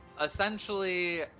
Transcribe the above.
Essentially